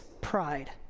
pride